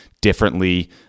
differently